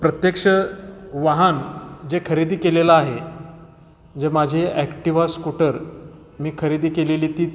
प्रत्यक्ष वाहन जे खरेदी केलेलं आहे जे माझी ॲक्टिवा स्कूटर मी खरेदी केलेली ती